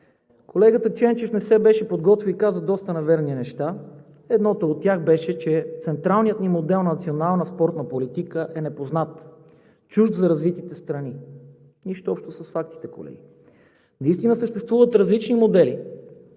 Колегата Ченчев не се беше подготвил и каза доста неверни неща. Едното от тях беше, че централният ни модел на национална спортна политика е непознат, чужд за развитите страни. Нищо общо с фактите, колеги. Наистина съществуват различни модели